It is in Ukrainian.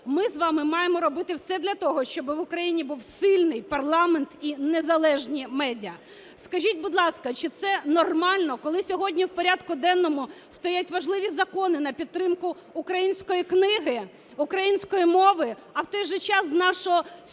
ми з вами маємо робити все для того, щоб в Україні був сильний парламент і незалежні медіа. Скажіть, будь ласка, чи це нормально, коли сьогодні в порядку денному стоять важливі закони на підтримку української книги, української мови, а в той же час з нашого скудного